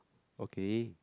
okay